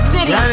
City